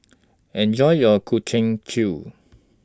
Enjoy your Ku Chin Chew